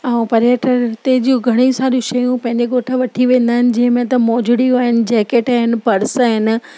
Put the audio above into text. ऐं पर्यटन हिते जूं घणे ई सारियूं शयूं पंहिंजे ॻोठु वठी वेंदा आहिनि जंहिं में त मोजड़ियूं आहिनि जैकेट आहिनि पर्स आहिनि